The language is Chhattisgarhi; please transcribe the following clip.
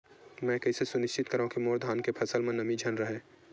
मैं कइसे सुनिश्चित करव कि मोर धान के फसल म नमी झन रहे?